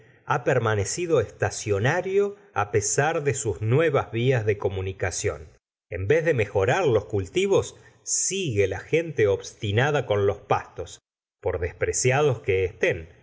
ha permanecido estacionario pesar de sus nuevas vías de comunicación en vez de mejorar los cultivos sigue la gente obstinada con los pastos por depreciados que estén